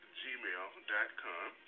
gmail.com